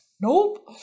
nope